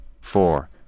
Four